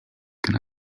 can